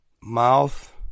mouth